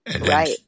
right